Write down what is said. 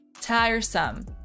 Tiresome